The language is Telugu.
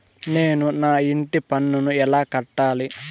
నేను నా ఇంటి పన్నును ఎలా కట్టాలి?